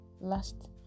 last